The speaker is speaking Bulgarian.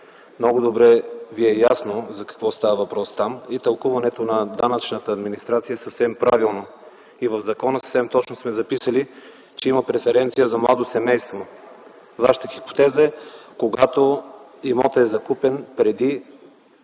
Много добре Ви е ясно за какво става въпрос там и тълкуването на данъчната администрация е съвсем правилно. В закона съвсем точно сме записали, че има преференция за младо семейство. Вашата хипотеза е, когато имотът е закупен преди